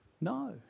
No